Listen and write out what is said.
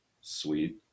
Sweet